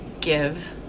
give